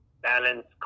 balance